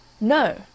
No